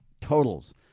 totals